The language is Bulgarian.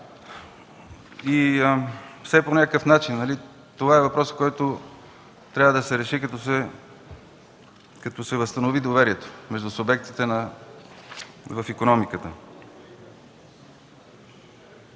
загубата на доверие. Това е въпрос, който трябва да се реши, като се възстанови доверието между субектите в икономиката.